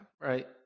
right